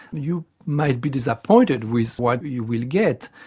you might be disappointed with what you will get.